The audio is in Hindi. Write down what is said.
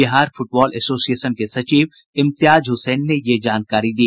बिहार फुटबॉल एसोसिएशन के सचिव इम्तियाज हुसैन ने यह जानकारी दी